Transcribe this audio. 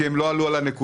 כי הם לא עלו על הנקודה,